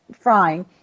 frying